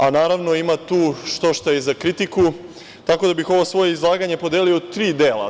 A, naravno ima tu štošta i za kritiku, tako da bih ovo svoje izlaganje podelio u tri dela.